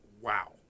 wow